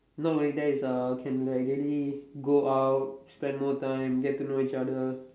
not going there is uh can like really go out spend more time get to know each other